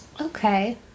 Okay